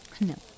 No